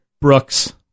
Brooks